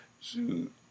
Shoot